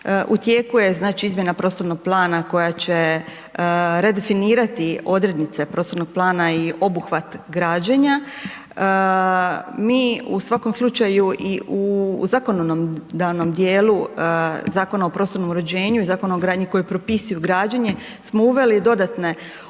je znači izmjena prostornog plana koja će redefinirati odrednice prostornog plana i obuhvat građenja. Mi u svakom slučaju i u zakonodavnom dijelu, Zakona o prostornom uređenju i Zakona o gradnji, koji propisuju građenje smo uveli dodatne odrednice